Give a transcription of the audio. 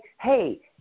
hey